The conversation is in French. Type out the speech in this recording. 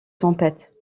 tempête